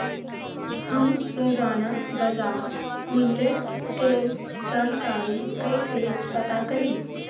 हम रोजाना बाजार मूल्य के जानकारी कईसे पता करी?